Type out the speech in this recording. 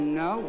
no